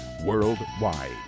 Worldwide